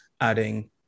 adding